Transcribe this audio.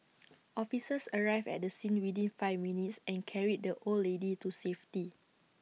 officers arrived at the scene within five minutes and carried the old lady to safety